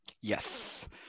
Yes